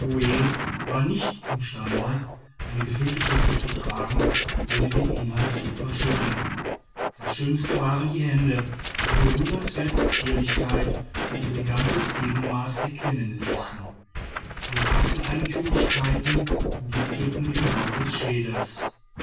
war nicht imstande eine gefüllte schüssel zu tragen ohne den inhalt zu verschütten das schönste waren die hände die bewundernswerte zierlichkeit und elegantes ebenmaß erkennen ließen alle rasseeigentümlichkeiten gipfeln im bau des schädels